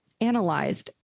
analyzed